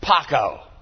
Paco